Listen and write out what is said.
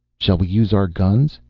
shall we use our guns?